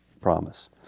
promise